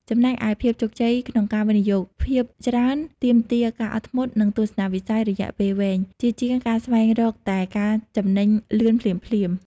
ចំណែកឯ ភាពជោគជ័យក្នុងការវិនិយោគភាគច្រើនទាមទារការអត់ធ្មត់ និងទស្សនវិស័យរយៈពេលវែង ជាជាងការស្វែងរកតែការចំណេញលឿនភ្លាមៗ។